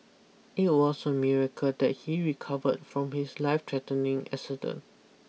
it was a miracle that he recovered from his life threatening accident